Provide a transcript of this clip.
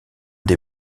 des